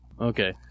okay